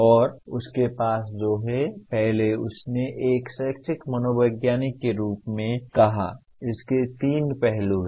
और उसके पास जो है पहले उसने एक शैक्षिक मनोवैज्ञानिक के रूप में कहा इसके तीन पहलू हैं